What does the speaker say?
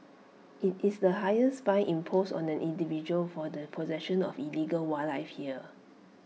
IT is the highest fine imposed on an individual for the possession of illegal wildlife here